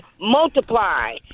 multiply